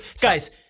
Guys